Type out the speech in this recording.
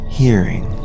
hearing